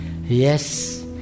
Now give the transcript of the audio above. Yes